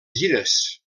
gires